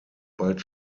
bald